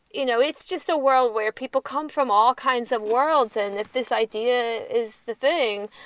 you know, it's just a world where people come from all kinds of worlds. and if this idea is the thing,